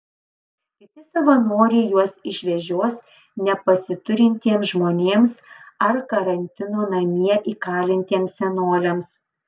kiti savanoriai juos išvežios nepasiturintiems žmonėms ar karantino namie įkalintiems senoliams